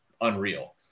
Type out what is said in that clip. unreal